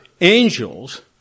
angels